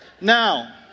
Now